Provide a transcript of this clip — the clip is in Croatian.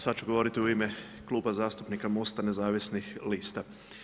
Sad ću govoriti u ime Kluba zastupnika MOST-a nezavisnih lista.